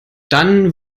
dann